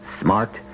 smart